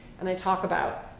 and i talk about,